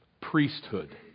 priesthood